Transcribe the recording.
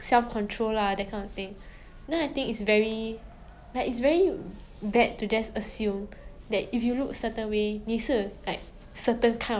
yeah